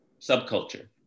subculture